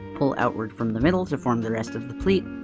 pull outward from the middle to form the rest of the pleat,